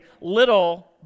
little